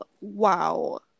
wow